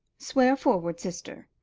swear forward sister.